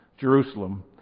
Jerusalem